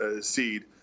seed